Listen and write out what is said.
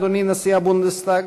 אדוני נשיא הבונדסטאג,